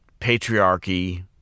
patriarchy